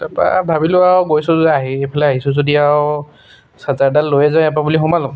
তাৰপৰা ভাবিলো আৰু গৈছোঁ যে আহি এইফালে আহিছোঁ যদি আৰু চাৰ্জাৰডাল লৈয়ে যাওঁ বুলি এইফালে সোমালোঁ